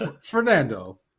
fernando